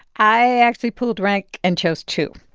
i actually pulled rank and chose two